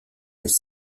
les